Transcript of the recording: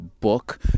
book